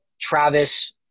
Travis